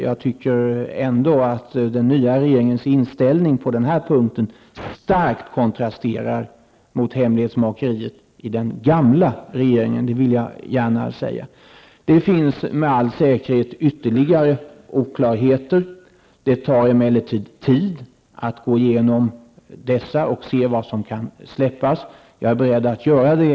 Jag tycker ändå att den nya regeringens inställning på den här punkten starkt kontrasterar mot hemlighetsmakeriet i den gamla regeringen. Det vill jag gärna säga. Det finns med all säkerhet ytterligare oklarheter. Det tar emellertid tid att gå igenom dessa och se vad som kan släppas. Jag är beredd att göra det.